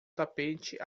tapete